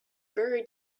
very